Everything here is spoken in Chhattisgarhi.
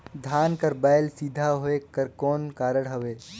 धान कर बायल सीधा होयक कर कौन कारण हवे?